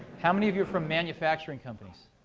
how many of you from manufacturing companies?